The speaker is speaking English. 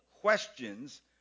questions